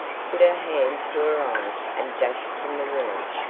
put her hand to her eyes and dashed from the room.